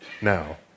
now